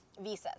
visas